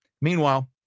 Meanwhile